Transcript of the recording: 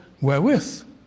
Wherewith